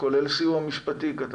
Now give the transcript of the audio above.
כולל סיוע משפטי.